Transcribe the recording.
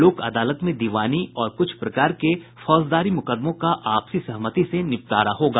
लोक अदालत में दिवानी और कुछ प्रकार के फौजदारी मुकदमों का आपसी सहमति से निपटारा होगा